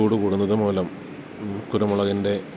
ചൂടു കൂടുന്നതുമൂലം കുരുമുളകിൻ്റെ